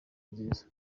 nziza